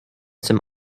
some